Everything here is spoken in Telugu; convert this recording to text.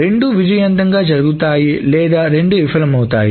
రెండు విజయవంతం జరుగుతాయి లేదా రెండు విఫలమవుతాయి